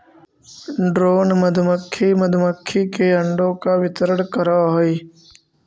drone मधुमक्खी मधुमक्खी के अंडों का वितरण करअ हई